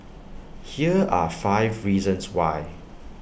here are five reasons why